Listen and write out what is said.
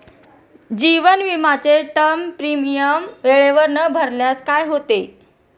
जीवन विमाचे term premium वेळेवर न भरल्यास काय होते?